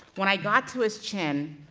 when i got to his chin,